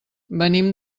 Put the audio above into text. venim